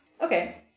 Okay